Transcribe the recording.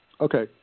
Okay